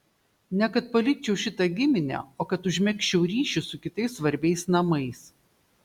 ne kad palikčiau šitą giminę o kad užmegzčiau ryšį su kitais svarbiais namais